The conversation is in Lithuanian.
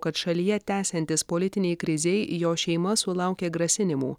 kad šalyje tęsiantis politinei krizei jo šeima sulaukė grasinimų